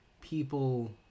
people